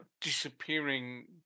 disappearing